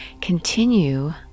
continue